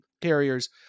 carriers